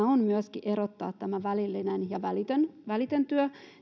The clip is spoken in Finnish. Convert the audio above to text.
on ratkaisevaa erottaa välillinen ja välitön välitön työ